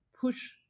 push